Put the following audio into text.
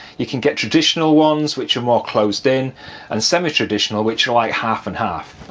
you can get traditional ones which are more closed in and semi-traditional which are like half and half.